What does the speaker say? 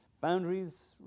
Boundaries